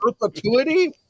Perpetuity